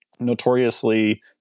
notoriously